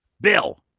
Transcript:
Bill